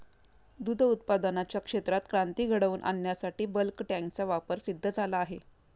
दूध उत्पादनाच्या क्षेत्रात क्रांती घडवून आणण्यासाठी बल्क टँकचा वापर सिद्ध झाला आहे